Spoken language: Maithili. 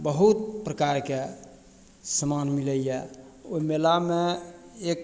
बहुत प्रकारके सामान मिलइए ओइ मेलामे एक